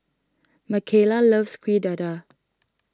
Makayla loves Kuih Dadar